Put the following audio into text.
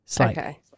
Okay